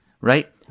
right